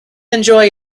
enjoy